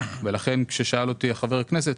ולכן כששאל אותי חבר הכנסת